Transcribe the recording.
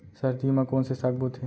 सर्दी मा कोन से साग बोथे?